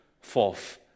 forth